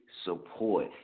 support